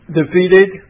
defeated